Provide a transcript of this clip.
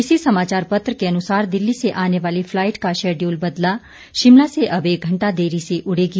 इसी समाचार पत्र के अनुसार दिल्ली से आने वाली फलाइट का शेड्यूल बदला शिमला से अब एक घंटा देरी से उड़ेगी